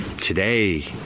Today